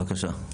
בבקשה.